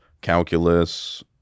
calculus